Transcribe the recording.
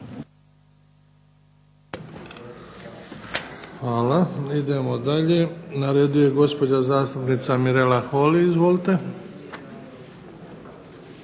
Hvala. Idemo dalje, na redu je uvažena zastupnika MIrela HOly. Izvolite.